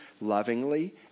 lovingly